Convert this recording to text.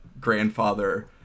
grandfather